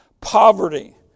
Poverty